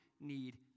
need